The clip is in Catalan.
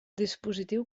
dispositiu